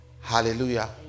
Hallelujah